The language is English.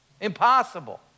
Impossible